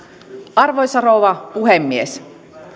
arvoisa rouva puhemies